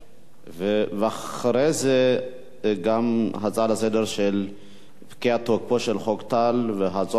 ואחרי זה גם הצעה לסדר-היום על פקיעת תוקפו של חוק טל והצורך בגיוס,